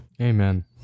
Amen